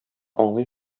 аңлый